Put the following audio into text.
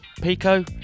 Pico